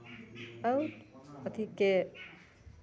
तब अथिके